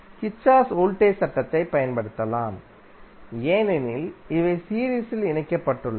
கிர்ச்சோஃப்பின் வோல்டேஜ் சட்டத்தைப் பயன்படுத்தலாம் ஏனெனில் இவை சீரீஸில் இணைக்கப்பட்டுள்ளன